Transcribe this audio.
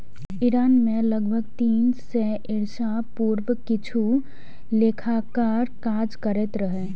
Iran मे लगभग तीन सय ईसा पूर्व किछु लेखाकार काज करैत रहै